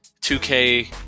2k